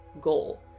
goal